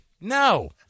No